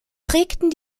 prägten